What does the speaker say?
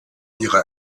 ihrer